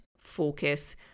focus